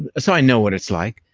ah so i know what it's like.